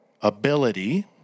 ability